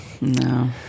No